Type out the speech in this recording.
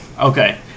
Okay